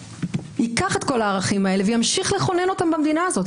ייקח את כל הערכים האלה וימשיך לכונן אותם במדינה הזאת.